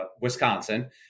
Wisconsin